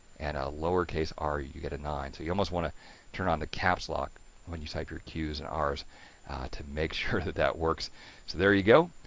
and a lower case r you get at nine. so you almost want to turn on the caps lock when you type your q's and r's to make sure that that works. so there you go,